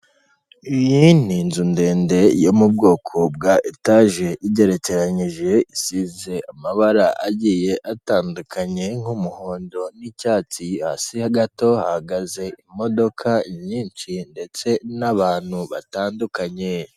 Iyi ni inzu ndende yo mu bwoko bwa etage igeranyije isize amabara agiye atandukanye, nk'umuhondo n'icyatsisi hasi ho gato hagaze imodoka nyinshi ndetse n'abantu batandukanye.